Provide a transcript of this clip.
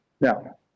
Now